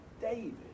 David